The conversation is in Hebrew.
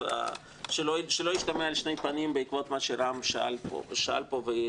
שלא ישתמע לשני פנים בעקבות מה שרם שאל פה והעלה,